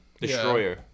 destroyer